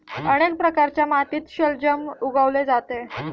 अनेक प्रकारच्या मातीत शलजम उगवले जाते